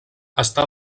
està